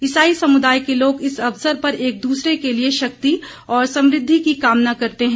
इसाई समुदाय के लोग इस अवसर पर एक दूसरे के लिए शक्ति और समुद्धि की कामना करते हैं